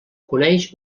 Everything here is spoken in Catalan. coneix